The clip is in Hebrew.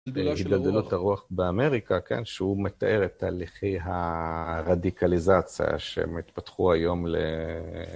הגדלות הרוח באמריקה, כן, שהוא מתאר את הלכי הרדיקליזציה שהם התפתחו היום ל...